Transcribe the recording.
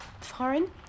foreign